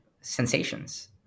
Sensations